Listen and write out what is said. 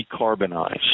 decarbonize